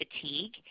fatigue